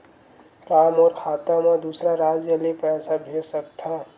का मोर खाता म दूसरा राज्य ले पईसा भेज सकथव?